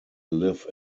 live